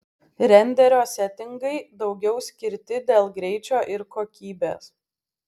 renderio setingai daugiau skirti dėl greičio ir kokybės